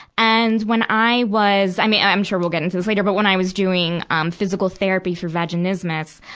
and when i was i mean, i'm sure we'll get into this later but when i was doing, um, physical therapy for vaginismus,